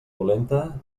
dolenta